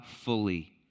fully